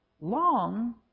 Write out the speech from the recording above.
long